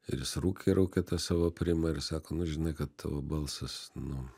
ir jis rūkė rūkė tą savo primą ir sako nu žinai kad tavo balsas nu